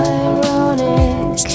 ironic